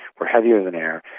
we're heavier than air,